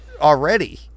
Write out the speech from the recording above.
already